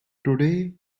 today